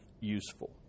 useful